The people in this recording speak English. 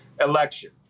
election